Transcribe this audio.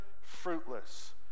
fruitless